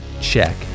Check